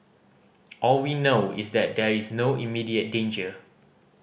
all we know is that there is no immediate danger